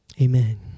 Amen